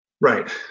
Right